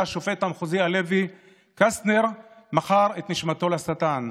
השופט המחוזי הלוי: קסטנר מכר את נשמתו לשטן.